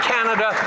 Canada